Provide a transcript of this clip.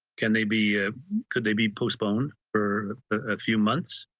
can they be ah could they be postponed or a few months.